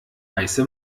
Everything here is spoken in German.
heiße